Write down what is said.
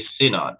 synod